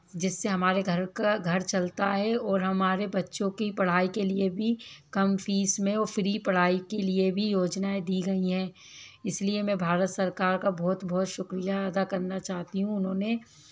जिससे हमारे घर का घर चलता है और हमारे बच्चों की पढ़ाई के लिए भी कम फीस में और फ्री पढ़ाई के लिए भी योजनाएं दी गई है इसलिए मैं भारत सरकार का बहुत बहुत शुक्रिया अदा करना चाहती हूँ उन्होंने